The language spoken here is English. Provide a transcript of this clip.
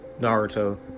Naruto